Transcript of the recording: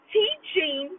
teaching